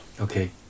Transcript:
Okay